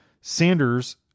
Sanders